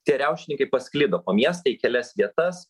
tie riaušininkai pasklido po miestą į kelias vietas